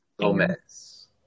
Gomez